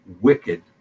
wicked